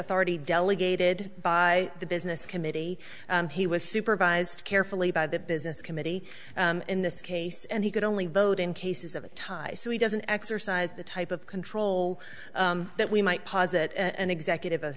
authority delegated by the business committee he was supervised carefully by the business committee in this case and he could only vote in cases of a tie so he doesn't exercise the type of control that we might posit an executive